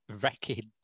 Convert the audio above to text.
wreckage